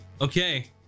Okay